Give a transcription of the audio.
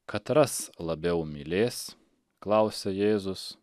katras labiau mylės klausia jėzus